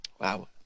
wow